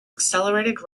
accelerated